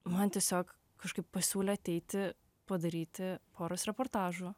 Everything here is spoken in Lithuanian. man tiesiog kažkaip pasiūlė ateiti padaryti poros reportažų